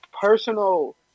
personal